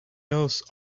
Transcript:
else